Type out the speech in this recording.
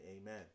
amen